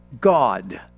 God